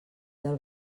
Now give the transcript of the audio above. del